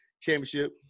Championship